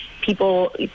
people